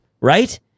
right